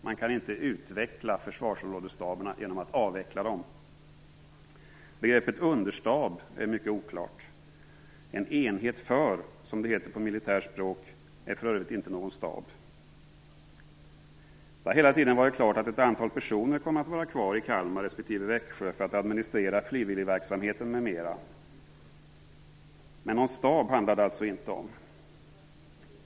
Man kan inte utveckla försvarsområdesstaberna genom att avveckla dem. Begreppet "understab" är mycket oklart. "En enhet för", som det heter på militärt språk, är för övrigt inte någon stab. Det har hela tiden stått klart att ett antal personer kommer att vara kvar i Kalmar respektive Växjö för att administrera frivilligverksamheten m.m., men någon stab handlar det alltså inte om.